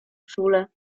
czule